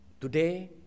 Today